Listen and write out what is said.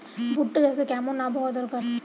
ভুট্টা চাষে কেমন আবহাওয়া দরকার?